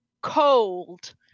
cold